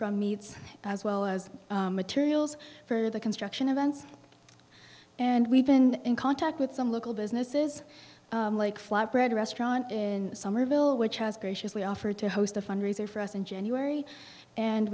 from needs as well as materials for the construction of ends and we've been in contact with some local businesses like flatbread restaurant in somerville which has graciously offered to host a fundraiser for us in january and